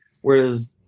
whereas